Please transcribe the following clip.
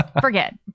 forget